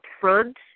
front